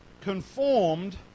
conformed